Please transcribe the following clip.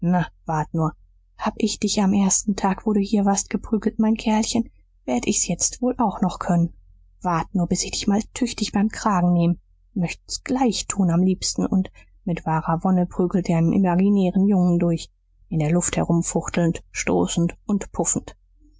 wart nur hab ich dich am ersten tag wo du hier warst geprügelt mein kerlchen werd ich's jetzt ja wohl auch noch können wart nur bis ich dich mal tüchtig beim kragen nehm möcht's gleich tun am liebsten und und mit wahrer wonne prügelte er nen imaginären jungen durch in der luft herumfuchtelnd stoßend und puffend